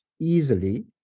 easily